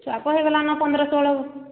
ଛୁଆକୁ ହେଇଗଲାନ ପନ୍ଦ୍ର ଷୋହଳ